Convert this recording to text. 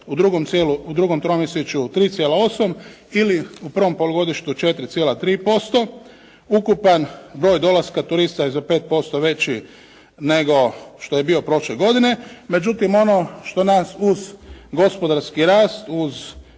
U drugom tromjesječju 3,8 ili u prvom polugodištu 4,3%. Ukupan broj dolaska turista je za 5% veći nego što je bio prošle godine. Međutim, ono što nas uz gospodarski rast, uz